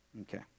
Okay